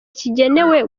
kigenewe